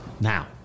Now